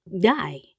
die